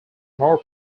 more